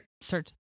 search